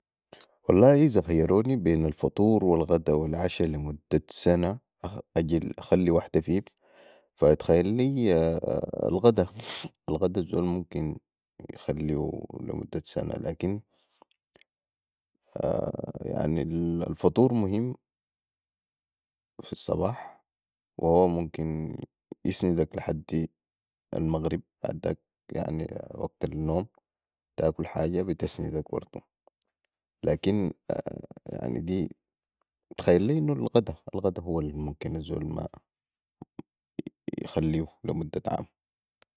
والله اذا خيروني بين الفطور والغدا والعشاء لي مده سنه اجلي اخلي واحده فيهم اتخيلي الغداء الغدا الزول ممكن يخليهو لي مده سنه لكن يعني الفطور مهم في الصباح وهو ممكن يسندك لحدي المغرب بعداك وكت النوم تاكل حاجه بتسندك برضو لكن يعني دي اتخيل لي انو الغدا هو الممكن الزول يخليهو لي مده عام